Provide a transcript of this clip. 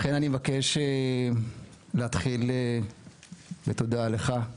לכן אני מבקש להתחיל בתודה לך,